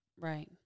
Right